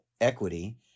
equity